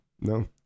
no